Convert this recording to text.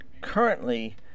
currently